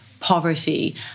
poverty